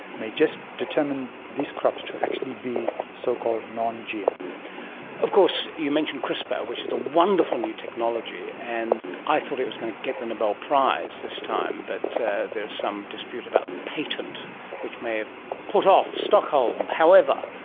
may just determine these crops to actually be so-called non-gm. um of course you mentioned crispr, which is a wonderful new technology, and i thought it was going to get the nobel prize this time, but there is some dispute about the patent which may have put off stockholm. however,